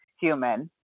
human